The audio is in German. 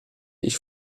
ich